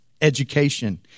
education